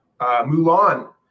Mulan